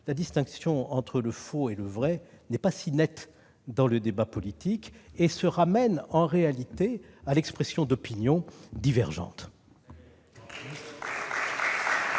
la distinction entre le faux et le vrai n'est pas si nette dans le débat politique, puisqu'elle est en réalité l'expression d'opinions divergentes.